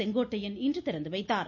செங்கோட்டையன் இன்று திறந்துவைத்தார்